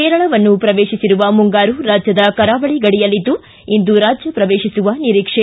ಕೇರಳವನ್ನು ಪ್ರವೇಶಿಸಿರುವ ಮುಂಗಾರು ರಾಜ್ಯದ ಕರಾವಳಿ ಗಡಿಯಲ್ಲಿದ್ದು ಇಂದು ರಾಜ್ಯ ಪ್ರವೇಶಿಸುವ ನಿರೀಕ್ಷೆ